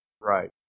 Right